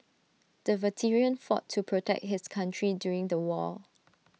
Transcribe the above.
the veteran fought to protect his country during the war